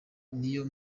niyo